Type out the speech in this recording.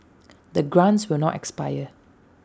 the grants will not expire